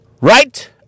Right